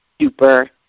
super